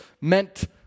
meant